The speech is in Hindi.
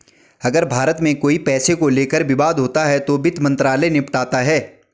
अगर भारत में कोई पैसे को लेकर विवाद होता है तो वित्त मंत्रालय निपटाता है